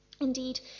Indeed